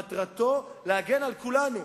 מטרתו היא להגן על כולנו,